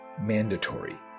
mandatory